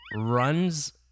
runs